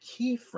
keyframes